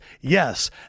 Yes